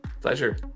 Pleasure